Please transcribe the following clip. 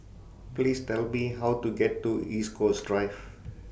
Please Tell Me How to get to East Coast Drive